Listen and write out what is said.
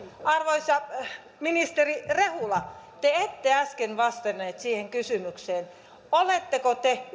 arvoisa ministeri rehula te ette äsken vastannut kysymykseen oletteko te